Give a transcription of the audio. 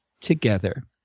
together